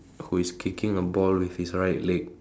who is kicking a ball with his right leg